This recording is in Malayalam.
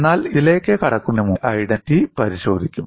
എന്നാൽ ഇതിലേക്ക് കടക്കുന്നതിന് മുമ്പ് നമ്മൾ ഈ ഐഡന്റിറ്റി പരിശോധിക്കും